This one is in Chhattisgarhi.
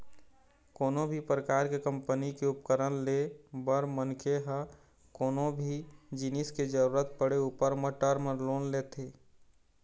कोनो भी परकार के कंपनी के उपकरन ले बर मनखे ह कोनो भी जिनिस के जरुरत पड़े ऊपर म टर्म लोन ल लेथे